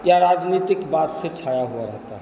या राजनीतिक बात से छाया हुआ रहता है